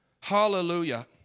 Hallelujah